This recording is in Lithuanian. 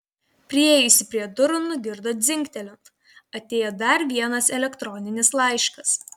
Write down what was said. priėjusi prie durų nugirdo dzingtelint atėjo dar vienas elektroninis laiškas